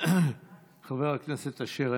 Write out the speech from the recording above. חבר הכנסת אשר,